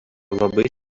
labai